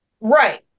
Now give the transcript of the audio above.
right